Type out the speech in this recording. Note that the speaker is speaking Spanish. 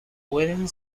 pueden